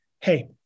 Hey